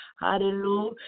Hallelujah